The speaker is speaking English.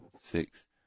six